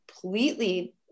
completely